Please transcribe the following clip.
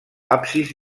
absis